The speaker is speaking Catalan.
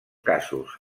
casos